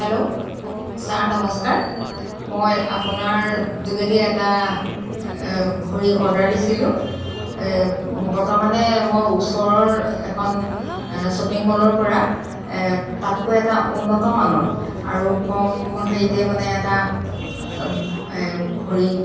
hello sir নমস্কাৰ মই আপোনাৰ যোগেদি এটা ঘড়ী অৰ্ডাৰ দিছিলোঁ বৰ্তমানে মই ওচৰৰ এখন শ্বপিং মলৰ পৰা তাতকৈ এটা উন্নত মানৰ আৰু কম হেৰিতে মানে এটা ঘড়ী